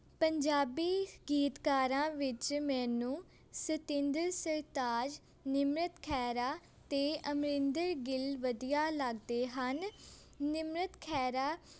ਪੰਜਾਬੀ ਗੀਤਕਾਰਾਂ ਵਿੱਚ ਮੈਨੂੰ ਸਤਿੰਦਰ ਸਰਤਾਜ ਨਿਮਰਤ ਖਹਿਰਾ ਅਤੇ ਅਮਰਿੰਦਰ ਗਿੱਲ ਵਧੀਆ ਲੱਗਦੇ ਹਨ ਨਿਮਰਤ ਖਹਿਰਾ